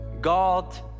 God